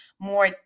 more